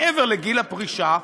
מעבר לגיל הפרישה,